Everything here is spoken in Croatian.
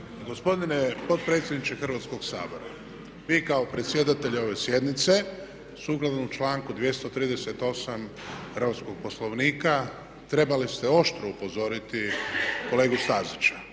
Gospodine potpredsjedniče Hrvatskog sabora vi kao predsjedatelj ove sjednice sukladno članku 238. Hrvatskog poslovnika trebali ste oštro upozoriti kolegu Stazića.